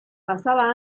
pasaba